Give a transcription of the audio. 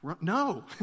No